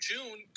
June